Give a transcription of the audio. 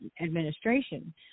administration